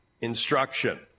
instruction